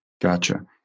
Gotcha